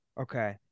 okay